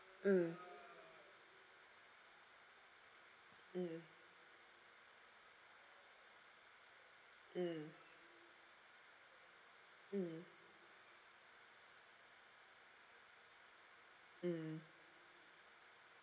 mm mm mm mm mm